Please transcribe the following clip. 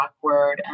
awkward